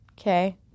Okay